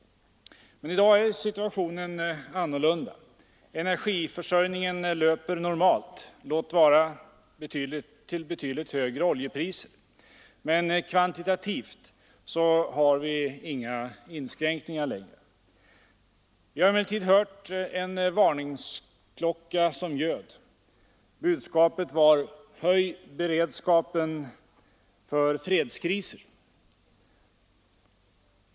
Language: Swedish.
I dag är situationen annorlunda. Energiförsörjningen löper normalt, låt vara till betydligt högre oljepriser. Kvantitativt har vi inga inskränkningar längre. Vi har emellertid hört en varningsklocka ljuda. Budskapet var: Höj beredskapen för fredskriser!